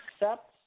accept